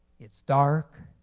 it's dark.